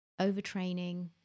overtraining